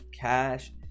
cash